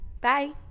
Bye